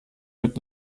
mit